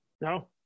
No